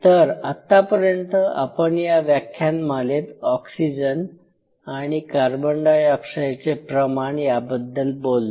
तर आतापर्यंत आपण या व्याख्यानमालेत ऑक्सीजन आणि कार्बन डायऑक्साइडचे प्रमाण याबद्दल बोललो